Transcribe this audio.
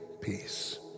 peace